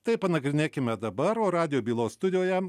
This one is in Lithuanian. tai panagrinėkime o dabar radijo bylos studijoje